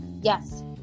Yes